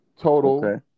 total